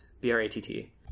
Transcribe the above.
B-R-A-T-T